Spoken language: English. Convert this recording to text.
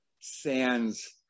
sands